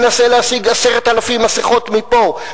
מנסה להשיג 10,000 מסכות מפה,